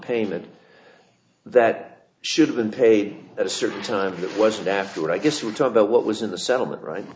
payment that should have been paid at a certain time that wasn't afterward i guess we'll talk about what was in the settlement right